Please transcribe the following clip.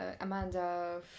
Amanda